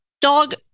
dog